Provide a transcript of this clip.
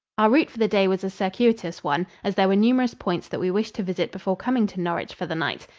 our route for the day was a circuitous one, as there were numerous points that we wished to visit before coming to norwich for the night.